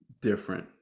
different